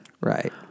Right